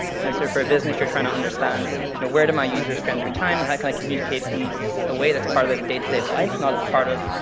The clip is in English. and so for a business you are trying to understand you know where do my users spend their time? how can i communicate in a way that is part of their day to day life? not a part of,